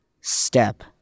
step